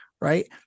right